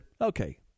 okay